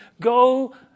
Go